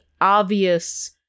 obvious